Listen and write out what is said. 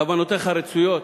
כוונותיך רצויות,